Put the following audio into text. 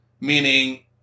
Meaning